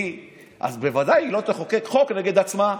אז בוודאי היא לא תחוקק חוק נגד עצמה.